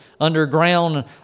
underground